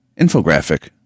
infographic